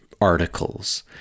articles